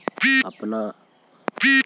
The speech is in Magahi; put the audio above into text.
बिना आधार कार्ड के खाता खुल जइतै का?